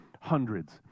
hundreds